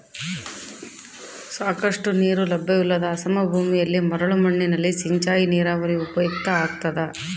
ಸಾಕಷ್ಟು ನೀರು ಲಭ್ಯವಿಲ್ಲದ ಅಸಮ ಭೂಮಿಯಲ್ಲಿ ಮರಳು ಮಣ್ಣಿನಲ್ಲಿ ಸಿಂಚಾಯಿ ನೀರಾವರಿ ಉಪಯುಕ್ತ ಆಗ್ತದ